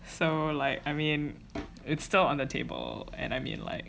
so like I mean it's still on the table and I mean like